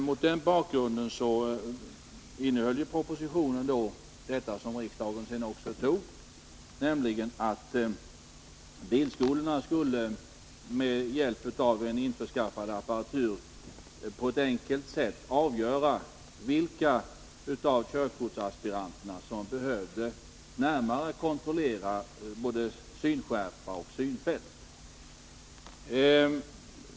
Mot denna bakgrund innehöll propositionen det som riksdagen sedan också antog, nämligen att bilskolorna skulle med hjälp av en införskaffad apparatur på ett enkelt sätt avgöra vilka av körkortsaspiranterna som behövde närmare kontrollera både synskärpa och synfält.